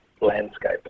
landscape